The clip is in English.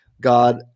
God